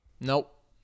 Nope